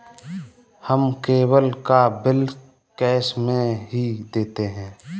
हम केबल का bill cash में ही देते हैं